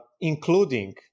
including